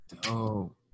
dope